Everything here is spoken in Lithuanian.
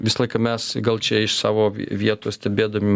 visą laiką mes gal čia iš savo vietos stebėdami